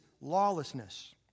lawlessness